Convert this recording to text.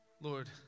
Lord